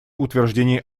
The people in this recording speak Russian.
утверждение